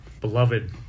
Beloved